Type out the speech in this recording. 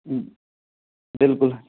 بِلکُل